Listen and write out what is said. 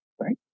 Right